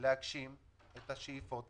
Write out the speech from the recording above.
הוא יושב-ראש